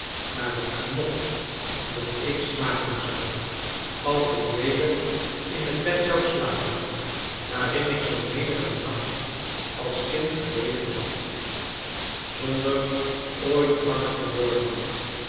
naar het genot dat ik smaken zou als ik weder in het bed zou slapen waarin ik zoo menigen nacht als kind gelegen had zonder ooit wakker te worden